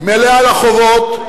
היא מלאה לחובות,